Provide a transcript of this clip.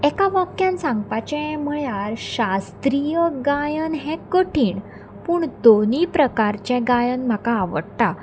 एका वाक्यान सांगपाचें म्हळ्यार शास्त्रीय गायन हें कठीण पूण दोनी प्रकारचें गायन म्हाका आवडटा